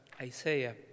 Isaiah